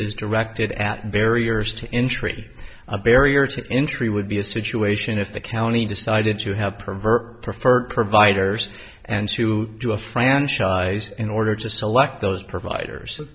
is directed at barriers to entry a barrier to entry would be a situation if the county decided to have pervert preferred providers and sue to a franchise in order to select those providers